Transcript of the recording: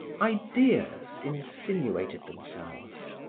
ideas insinuated themselves,